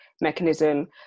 mechanism